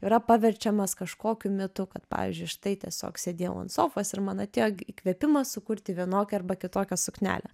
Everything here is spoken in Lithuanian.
yra paverčiamas kažkokiu mitu kad pavyzdžiui štai tiesiog sėdėjau ant sofos ir man atėjo įkvėpimas sukurti vienokią arba kitokią suknelę